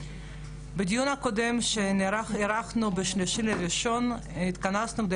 בדיון הקודם שערכנו ב-3.1 התכנסנו כדי